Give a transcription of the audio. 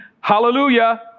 Hallelujah